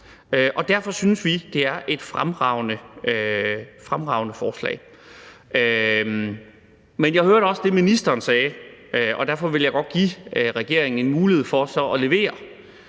om. Derfor synes vi, det er et fremragende forslag. Men jeg hørte også det, ministeren sagde, og derfor vil jeg godt give regeringen en mulighed for så at levere